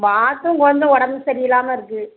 மாட்டுக்கு வந்து உடம்பு சரி இல்லாமல் இருக்குது